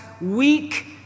weak